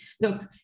look